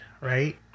right